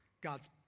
god's